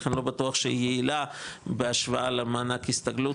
לכן לא בטוח שהיא יעילה בהשוואה למענק הסתגלות,